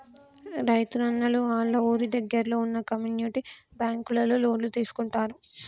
రైతున్నలు ఆళ్ళ ఊరి దగ్గరలో వున్న కమ్యూనిటీ బ్యాంకులలో లోన్లు తీసుకుంటారు